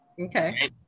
Okay